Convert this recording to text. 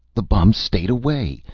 the bums stayed away!